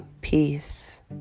peace